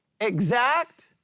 exact